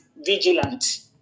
vigilant